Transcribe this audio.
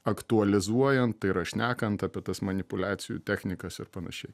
aktualizuojant tai yra šnekant apie tas manipuliacijų technikas ir panašiai